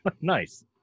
nice